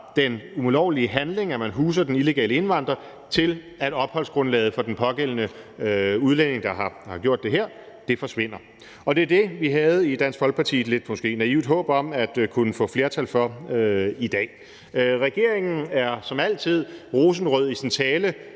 den ulovlige handling med, at man huser den illegale indvandrer, til at opholdsgrundlaget for den pågældende udlænding, der har gjort det her, forsvinder, og det var det, som vi i Dansk Folkeparti havde et måske lidt naivt håb om at kunne få et flertal for i dag. Regeringen er som altid rosenrød i sin tale